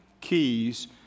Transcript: keys